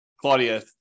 Claudia